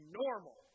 normal